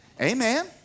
Amen